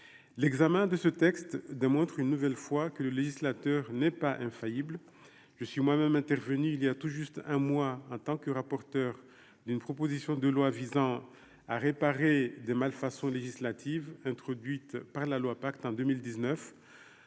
l'examen de ce texte de montre une nouvelle fois que le législateur n'est pas infaillible, je suis moi-même intervenu il y a tout juste un mois, en tant que rapporteur d'une proposition de loi visant à réparer de malfaçon législative introduite par la loi, pacte en 2019